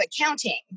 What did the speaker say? accounting